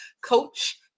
coach